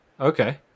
Okay